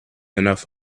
enough